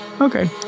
Okay